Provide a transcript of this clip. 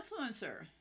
influencer